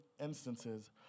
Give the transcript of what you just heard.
instances